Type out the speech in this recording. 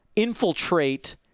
infiltrate